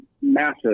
massive